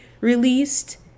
released